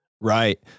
Right